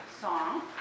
song